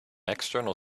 external